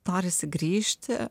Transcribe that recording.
norisi grįžti